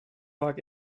vaak